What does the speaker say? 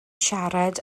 siarad